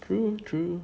true true